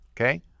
okay